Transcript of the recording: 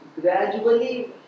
gradually